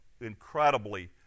incredibly